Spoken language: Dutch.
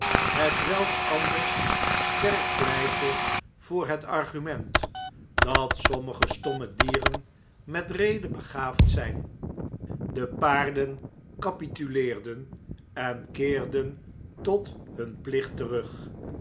hetwelk anders sterk pleitte voor het argument dat sommige stomme dieren met rede begaafd zjjn de paarden capituleerden en keerden tot hun plicht terug